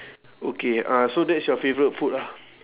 okay uh so that's your favourite food ah